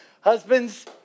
Husbands